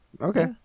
Okay